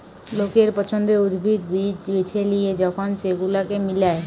লোকের পছন্দের উদ্ভিদ, বীজ বেছে লিয়ে যখন সেগুলোকে মিলায়